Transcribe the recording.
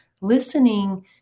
listening